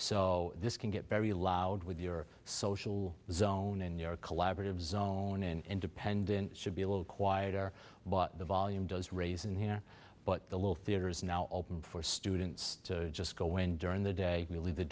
so this can get very loud with your social zone in your collaborative zone in independent should be a little quieter but the volume does raise in here but the little theatre is now open for students to just go in during the day we leave the